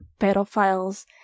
pedophiles